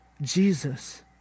Jesus